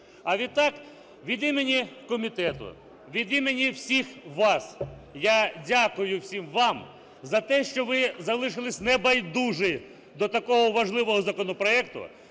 А відтак, від імені комітету, від імені всіх вас, я дякую всім вам за те, що ви залишилися небайдужі до такого важливого законопроекту,